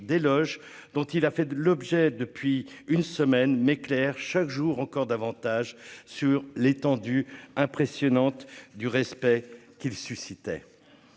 d'éloges dont il a fait l'objet depuis une semaine, mais clair chaque jour encore davantage sur l'étendue impressionnante du respect qu'il suscitait,